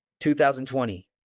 2020